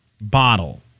bottle